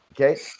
Okay